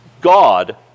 God